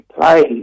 play